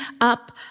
up